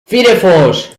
firefox